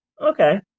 Okay